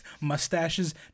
Mustaches